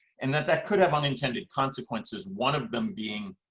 and that that could have unintended consequences, one of them being